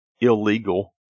illegal